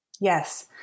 Yes